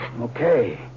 Okay